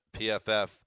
PFF